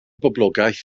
boblogaeth